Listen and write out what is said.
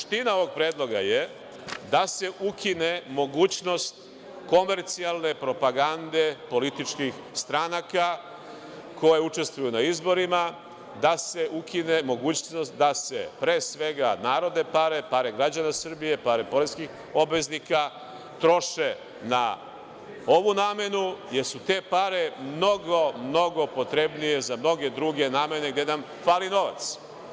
Suština ovog predloga je da se ukine mogućnost komercijalne propagande političkih stranaka koje učestvuju na izborima, da se ukine mogućnost da se, pre svega, narodne pare, pare građana Srbije, pare poreskih obveznika troše na ovu namenu, jer su te pare mnogo, mnogo potrebnije za mnoge druge namene gde nam fali novac.